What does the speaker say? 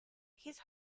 his